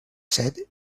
said